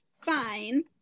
fine